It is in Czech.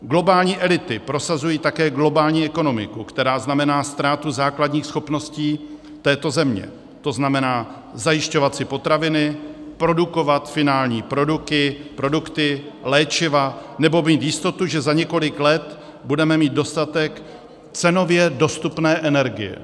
Globální elity prosazují také globální ekonomiku, která znamená ztrátu základních schopností této země, tzn. zajišťovat si potraviny, produkovat finální produkty, léčiva nebo mít jistotu, že za několik let budeme mít dostatek cenově dostupné energie.